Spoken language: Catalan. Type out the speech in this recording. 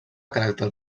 caràcter